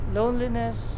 loneliness